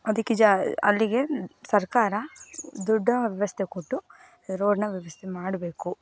ಅದಕ್ಕೆ ಜ ಅಲ್ಲಿಗೆ ಸರ್ಕಾರ ದುಡ್ಡು ವ್ಯವಸ್ಥೆ ಕೊಟ್ಟು ರೋಡನ್ನು ವ್ಯವಸ್ಥೆ ಮಾಡಬೇಕು